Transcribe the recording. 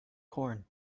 corn